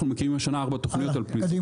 אנחנו מקימים השנה ארבע תכניות על פי זה.